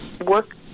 work